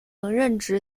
任职